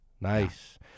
Nice